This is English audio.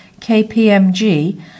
KPMG